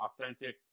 authentic